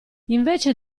invece